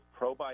probiotics